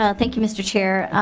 ah thank you mr. chair.